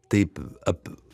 taip ap